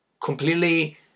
Completely